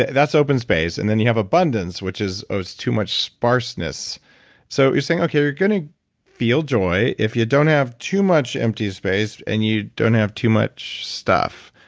that's open space and then you have abundance which is too much sparseness so you're saying, okay, we're going to feel joy if you don't have too much empty space and you don't have too much stuff.